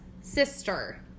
sister